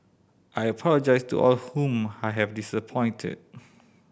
I apologise to all whom I have disappointed